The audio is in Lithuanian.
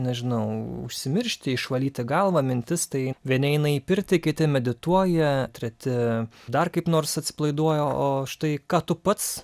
nežinau užsimiršti išvalyti galvą mintis tai vieni eina į pirtį kiti medituoja treti dar kaip nors atsipalaiduoja o štai ką tu pats